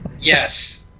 Yes